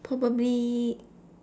probably